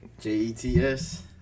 J-E-T-S